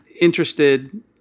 interested